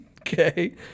okay